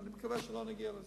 אני מקווה שלא נגיע לזה.